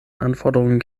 anforderungen